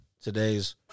today's